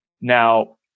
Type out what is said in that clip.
Now